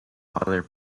other